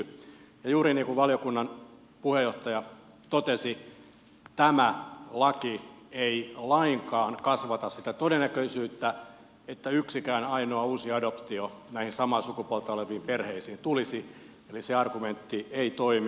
ja juuri niin kuin valiokunnan puheenjohtaja totesi tämä laki ei lainkaan kasvata sitä todennäköisyyttä että yksikään ainoakaan uusi adoptio näihin samaa sukupuolta oleviin perheisiin tulisi eli se argumentti ei toimi